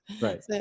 Right